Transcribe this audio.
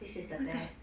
this is the best